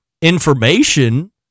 Information